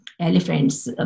elephants